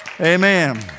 Amen